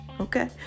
Okay